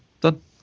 Done